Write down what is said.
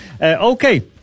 Okay